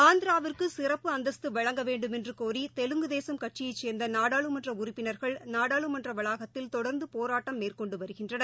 ஆந்திராவிற்கு சிறப்பு அந்தஸ்து வழங்க வேண்டுமென்று கோரி தெலுங்கு தேசும் கட்சியைச் சேர்ந்த நாடாளுமன்ற உறுப்பினர்கள் நாடாளுமன்ற வளாகத்தில் தொடர்ந்து போராட்டம் மேற்கொண்டு வருகின்றனர்